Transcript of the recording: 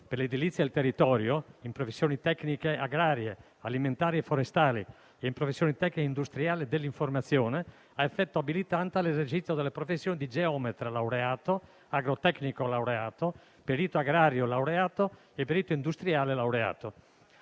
per l'edilizia e il territorio, in professioni tecniche agrarie, alimentari e forestali e professioni tecniche industriali e dell'informazione ha effetto abilitante all'esercizio della professione di geometra laureato, agrotecnico laureato, perito agrario laureato e perito industriale laureato.